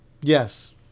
Yes